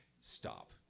stop